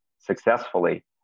successfully